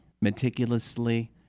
meticulously